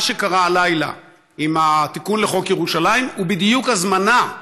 מה שקרה הלילה עם התיקון לחוק ירושלים הוא בדיוק הזמנה,